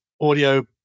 Audio